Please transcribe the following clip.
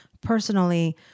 personally